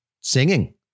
Singing